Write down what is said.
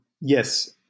Yes